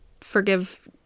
forgive